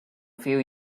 few